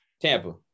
Tampa